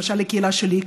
למשל לקהילה שלי,